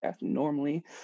normally